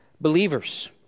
believers